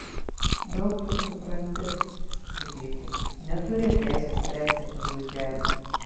daug tu supranti supykau neturi teisės spręsti apie zuikelį